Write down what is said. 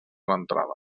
l’entrada